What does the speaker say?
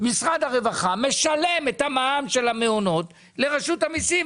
משרד הרווחה משלם את המע"מ של המעונות לרשות המיסים,